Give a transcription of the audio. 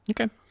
Okay